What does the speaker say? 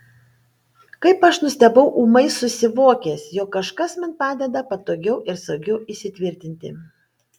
kaip aš nustebau ūmai susivokęs jog kažkas man padeda patogiau ir saugiau įsitvirtinti